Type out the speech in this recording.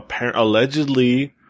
allegedly